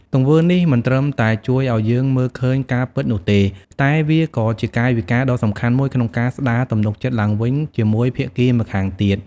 ទង្វើនេះមិនត្រឹមតែជួយឱ្យយើងមើលឃើញការពិតនោះទេ តែវាក៏ជាកាយវិការដ៏សំខាន់មួយក្នុងការស្ដារទំនុកចិត្តឡើងវិញជាមួយភាគីម្ខាងទៀត។